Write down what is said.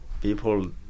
people